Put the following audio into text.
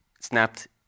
snapped